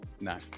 no